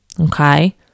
okay